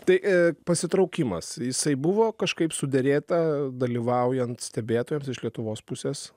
tai i pasitraukimas jisai buvo kažkaip suderėta dalyvaujant stebėtojams iš lietuvos pusės